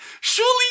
surely